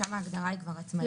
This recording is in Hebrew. שמה ההגדרה היא כבר עצמאית.